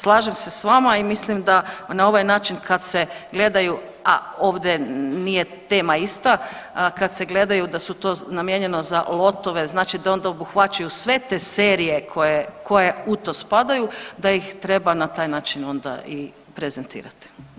Slažem se s vama i mislim da na ovaj način kad se gledaju, a ovdje nije tema ista, kad se gledaju da su to namijenjeno za lotove znači da onda obuhvaćaju sve te serije koje, koje u to spadaju da ih treba na taj način onda i prezentirati.